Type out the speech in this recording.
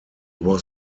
was